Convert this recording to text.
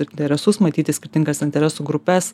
interesus matyti skirtingas interesų grupes